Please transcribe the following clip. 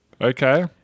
Okay